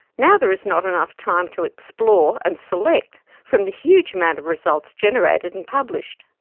now there is not enough time to explore and select from the huge amount of results generated and published.